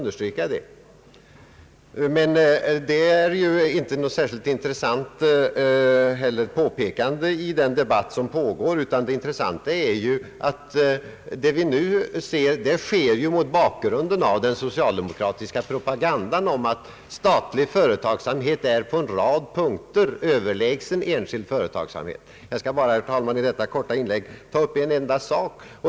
Det är ju inte heller något särskilt intressant påpekande i den debatt som pågår, utan det intressanta är att vad som nu sker, det sker mot bakgrunden av den socialdemokratiska propagandan om att statlig företagsamhet är på en rad punkter överlägsen enskild företagsamhet. Jag skall bara, herr talman, i detta korta inlägg ta upp en enda sak.